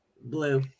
blue